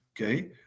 okay